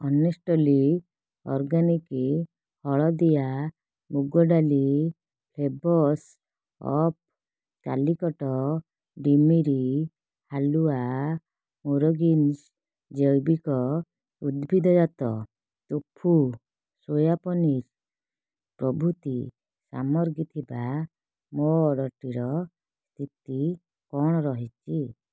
honestly organic ହଳଦିଆ ମୁଗ ଡାଲି ଫ୍ଲେଭର୍ସ ଅଫ୍ କାଲିକଟ୍ ଡିମିରି ହାଲୁଆ ମୁରଗୀନ୍ସ୍ ଜୈବିକ ଉଦ୍ଭିଦଜାତ ତୋଫୁ ସୋୟା ପନିର୍ ପ୍ରଭୃତି ସାମଗ୍ରୀ ଥିବା ମୋ ଅର୍ଡ଼ର୍ଟିର ସ୍ଥିତି କ'ଣ ରହିଛି